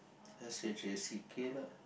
S H A C K lah